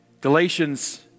Galatians